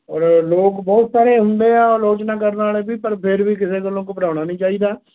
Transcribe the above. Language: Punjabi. ਔਰ ਲੋਕ ਬਹੁਤ ਸਾਰੇ ਹੁੰਦੇ ਆ ਆਲੋਚਨਾ ਕਰਨ ਵਾਲੇ ਵੀ ਪਰ ਫਿਰ ਵੀ ਕਿਸੇ ਗੱਲੋਂ ਘਬਰਾਉਣਾ ਨਹੀਂ ਚਾਹੀਦਾ